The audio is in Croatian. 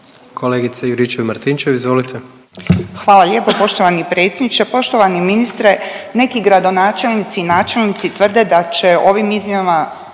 izvolite. **Juričev-Martinčev, Branka (HDZ)** Hvala lijepo poštovani predsjedniče, poštovani ministre. Neki gradonačelnici i načelnici tvrde da će ovim izmjenama